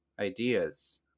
ideas